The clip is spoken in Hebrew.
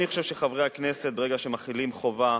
אני חושב שחברי הכנסת, ברגע שהם מחילים חובה